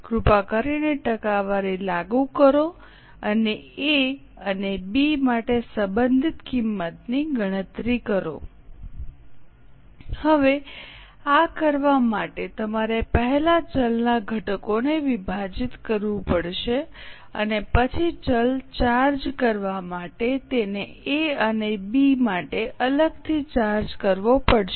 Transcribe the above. કૃપા કરીને ટકાવારી લાગુ કરો અને એ અને બી માટે સંબંધિત કિંમતની ગણતરી કરો હવે આ કરવા માટે તમારે પહેલા ચલના ઘટકોને વિભાજીત કરવું પડશે અને પછી ચલ ચાર્જ કરવા માટે તેને એ અને બી માટે અલગથી ચાર્જ કરવો પડશે